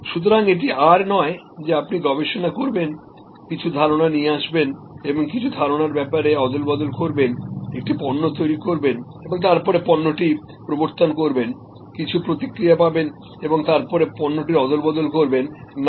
সুতরাং এভাবে আর হবে না যে আপনি গবেষণা করবেন কিছু ধারণা নিয়ে আসবেন কিছু ধারণার ব্যাপারে অদল বদল করবেন একটি পণ্য তৈরি করবেন এবং তারপরে পণ্যটি গ্রাহকদের কাছে ইন্ট্রোডিউসকরবেন তাদের কাছ থেকে কিছু রিয়াকশন পাবেন এবং তারপরে পণ্যটির অদল বদল করবেন না এখন আর সেই ভাবে করা যাবে না